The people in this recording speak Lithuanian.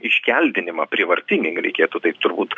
iškeldinimą prievartinį reikėtų taip turbūt